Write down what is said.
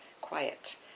quiet